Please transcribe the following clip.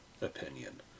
opinion